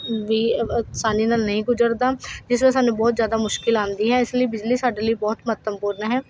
ਵੀ ਅਸਾਨੀ ਨਾਲ ਨਹੀਂ ਗੁਜ਼ਰਦਾ ਜਿਸ ਨਾਲ ਸਾਨੂੰ ਬਹੁਤ ਜ਼ਿਆਦਾ ਮੁਸ਼ਕਿਲ ਆਉਂਦੀ ਹੈ ਇਸ ਲਈ ਬਿਜਲੀ ਸਾਡੇ ਲਈ ਬਹੁਤ ਮਹੱਤਵਪੂਰਨ ਹੈ